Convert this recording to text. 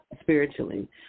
spiritually